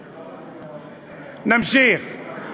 נמשיך,